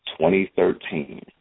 2013